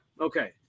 Okay